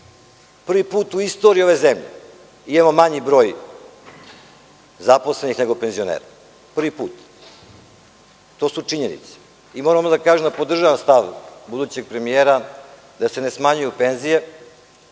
Prvi put u istoriji ove zemlje imamo manji broj zaposlenih nego penzionera. To su činjenice. Moram da kažem da podržavam stav buduće premijera da se ne smanjuju penzije,